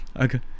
Okay